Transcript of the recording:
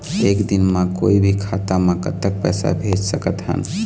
एक दिन म कोई भी खाता मा कतक पैसा भेज सकत हन?